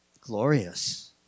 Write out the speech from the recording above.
glorious